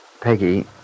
Peggy